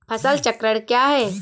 फसल चक्रण क्या है?